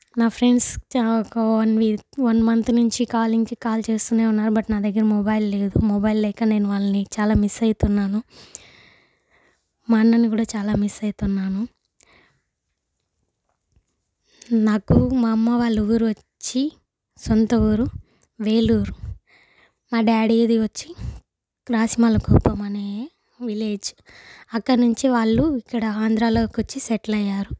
నా friends one week one month నుంచి calling నుంచి కాల్ చేస్తూనే ఉన్నారు బట్ నా దగ్గర మొబైల్ లేదు మొబైల్ లేక నేను వాళ్ళని చాలా మిస్ అవుతున్నాను మా అన్నని కూడా చాలా మిస్ అవుతున్నాను నాకు మా అమ్మ వాళ్ళు ఊరు వచ్చి సొంత ఊరు వేలూరు మా డాడీది వచ్చి క్లాస్మల కుప్పం అనే విలేజ్ అక్కడి నుంచి వాళ్ళు ఇక్కడ ఆంధ్రాలోకి వచ్చి సెటిల్ అయ్యారు